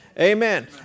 Amen